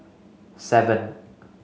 seven